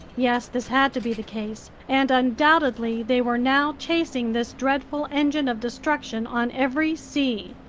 yes, this had to be the case, and undoubtedly they were now chasing this dreadful engine of destruction on every sea!